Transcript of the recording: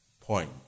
point